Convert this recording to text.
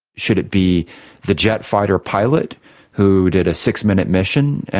should it be the jet fighter pilot who did a six-minute mission?